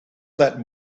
that